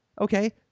okay